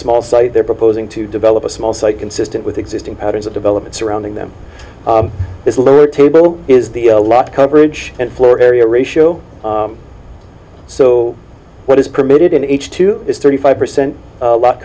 small site they're proposing to develop a small site consistent with existing patterns of development surrounding them this low table is the lot coverage and floor area ratio so what is permitted in each two is thirty five percent